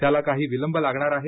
त्याला काही विलंब लागणार आहे